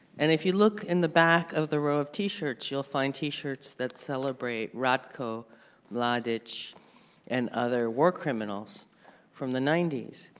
and if you look in the back of the row of t-shirts, you'll find t-shirts that celebrate ratko mladic and other war criminals from the ninety s,